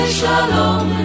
Shalom